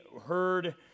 heard